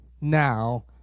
now